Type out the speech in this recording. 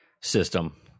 system